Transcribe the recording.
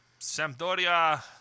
Sampdoria